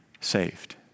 saved